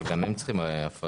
אבל גם הם צריכים הפרדה.